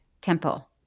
temple